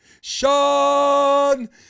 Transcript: Sean